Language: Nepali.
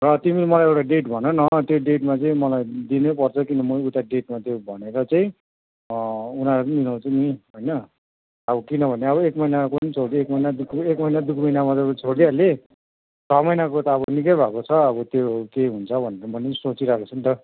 र तिमी मलाई एउटा डेट भन त्यही डेटमा चाहिँ मलाई दिनैपर्छ किन म उता डेटमा त्यो भनेर चाहिँ उनीहरूले नि मलाउँछ नि होइन अब किनभने अब एक महिनाको नि छोडिदिए एक महिना दु ख एक महिना पनि दु ख बिमार भनेर छोडिदिइहालेँ छ महिनाको त अब निकै भएको छ अब त्यो के हुन्छ भनेर मैले नि त सोचिरहको छु नि त